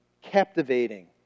captivating